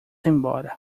embora